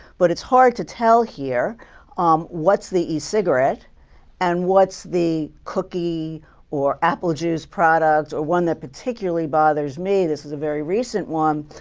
but it's hard to tell here um what's the e-cigarette and what's the cookie or apple juice product. and one that particularly bothers me this is a very recent one,